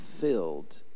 filled